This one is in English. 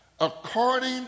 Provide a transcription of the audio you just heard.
according